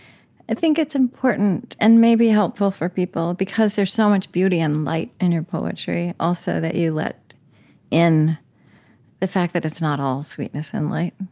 i think it's important and maybe helpful for people, because there's so much beauty and light in your poetry, also that you let in the fact that it's not all sweetness and light.